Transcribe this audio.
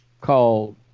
called